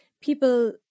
people